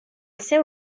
seu